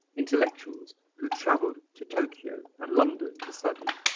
intellectuals who travelled to tokyo and london to study.